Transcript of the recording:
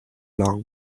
long